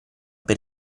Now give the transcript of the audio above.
per